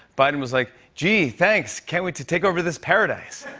biden was like, gee, thanks. can't wait to take over this paradise.